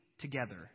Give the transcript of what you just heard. together